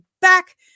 back